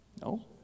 No